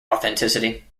authenticity